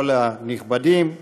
כל הנכבדים,